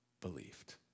believed